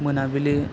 मोनाबिलि